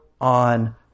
on